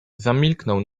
zamilknął